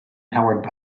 powered